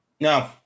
No